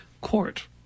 Court